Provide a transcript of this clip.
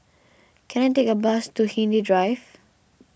can I take a bus to Hindhede Drive